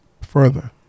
further